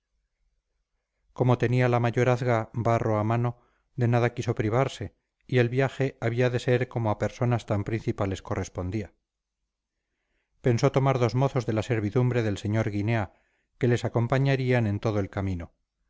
como tenía la mayorazga barro a mano de nada quiso privarse y el viaje había de ser como a personas tan principales correspondía pensó tomar dos mozos de la servidumbre del sr guinea que les acompañarían en todo el camino